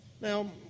Now